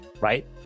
right